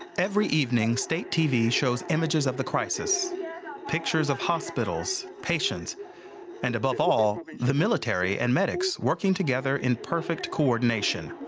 every evening state tv shows images of the crisis pictures of hospitals, patients and above all the military and medics working together in perfect coordination.